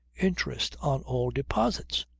interest on all deposits.